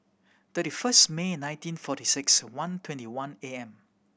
thirty first May nineteen forty six one twenty one A M